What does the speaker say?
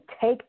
take